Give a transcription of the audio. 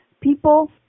people